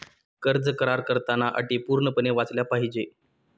कर्ज करार करताना अटी पूर्णपणे वाचल्या पाहिजे